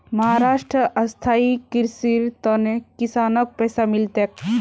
महाराष्ट्रत स्थायी कृषिर त न किसानक पैसा मिल तेक